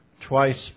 twice